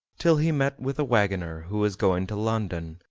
till he met with a wagoner who was going to london,